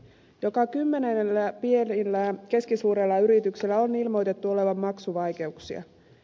joka kymmenennellä pienellä ja keskisuurella yrityksellä on ilmoitettu olevan maksuvaikeuksia